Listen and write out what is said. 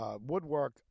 Woodwork